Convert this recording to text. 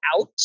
out